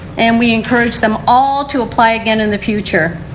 and we encourage them all to apply again in the future.